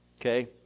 Okay